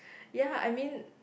ya I mean